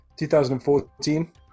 2014